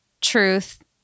truth